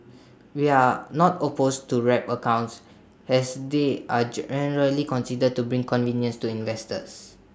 we are not opposed to wrap accounts has they are generally considered to bring convenience to investors